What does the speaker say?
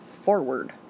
forward